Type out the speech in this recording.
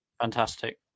Fantastic